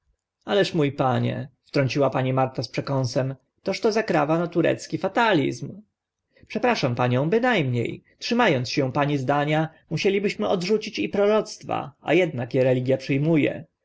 ależ mó panie wtrąciła pani marta z przekąsem to coś zakrawa na turecki fatalizm przepraszam panią byna mnie trzyma ąc się pani zdania musielibyśmy odrzucić i proroctwa a ednak e religia przy